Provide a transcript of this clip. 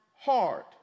hard